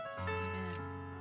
Amen